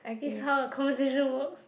this is how a conversation works